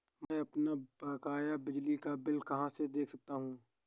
मैं अपना बकाया बिजली का बिल कहाँ से देख सकता हूँ?